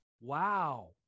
Wow